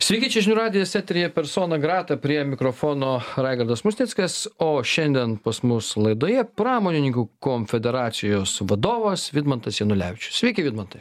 sveiki čia žinių radijas eteryje persona grata prie mikrofono raigardas musnickas o šiandien pas mus laidoje pramonininkų konfederacijos vadovas vidmantas janulevičius sveiki vidmantai